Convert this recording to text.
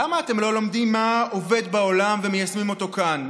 למה אתם לא לומדים מה עובד בעולם ומיישמים אותו כאן?